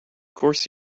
course